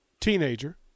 teenager